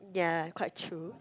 yeah quite true